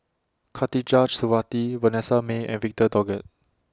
Khatijah Surattee Vanessa Mae and Victor Doggett